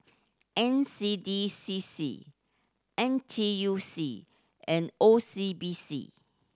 N C D C C N T U C and O C B C